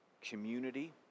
community